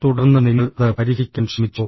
തുടർന്ന് നിങ്ങൾ അത് പരിഹരിക്കാൻ ശ്രമിച്ചോ